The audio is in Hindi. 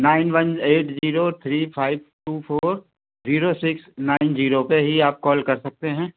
nine one eight zero three five two four zero six nine zero पर ही आप कॉल कर सकते हैं